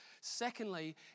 Secondly